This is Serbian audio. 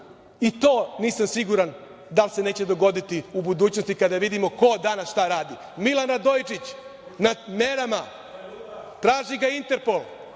i to nisam siguran da se neće dogoditi u budućnost kada vidimo ko šta danas radi. Milan Radojičić na merama, traži ga Interpol,